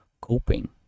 coping